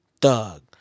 thug